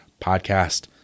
podcast